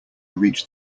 reach